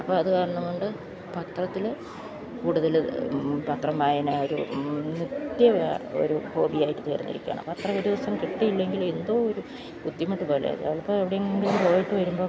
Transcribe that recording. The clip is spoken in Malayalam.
അപ്പോള് അതുകാരണം കൊണ്ട് പത്രത്തില് കൂടുതല് പത്രവായന ഒരു ഇന്ന് നിത്യ ഒരു ഹോബിയായിട്ട് തീർന്നിരിക്കുകയാണ് പത്രം ഒരു ദിവസം കിട്ടിയില്ലെങ്കില് എന്തോ ഒരു ബുദ്ധിമുട്ട് പോലെയാണ് ചിലപ്പോള് എവിടെയെങ്കിലും പോയിട്ട് വരുമ്പോള്